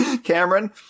Cameron